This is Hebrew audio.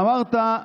אמרת,